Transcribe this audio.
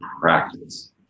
practice